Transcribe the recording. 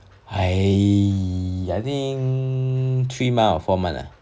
I I think think three months or four months ah